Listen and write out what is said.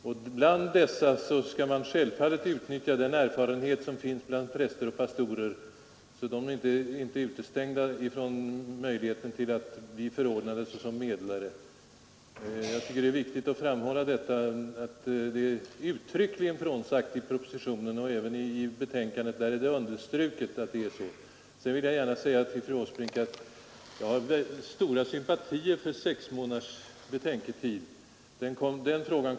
Vid rekryteringen av medlarna skall man självfallet enligt propositionen utnyttja den erfarenhet som finns hos präster och pastorer. De är alltså på intet sätt utestängda från möjligheten att bli förordnade som medlare. Jag tycker att det är viktigt att framhålla att detta uttryckligen skrivits in i propositionen. I utskottsbetänkandet har Saken även understrukits. Jag vill också gärna säga till fru Åsbrink, att jag hyser stora sympatier för en betänketid på 6 månader.